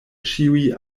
ĉiuj